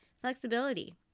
Flexibility